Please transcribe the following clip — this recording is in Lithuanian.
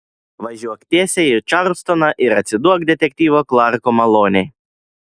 važiuok tiesiai į čarlstoną ir atsiduok detektyvo klarko malonei